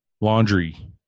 laundry